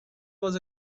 was